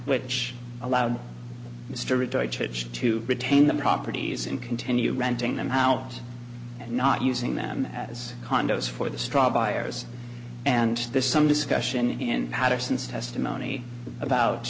which allowed mr ritter to retain the properties and continue renting them out and not using them as condos for the straw buyers and there's some discussion in paterson's testimony about